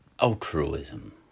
altruism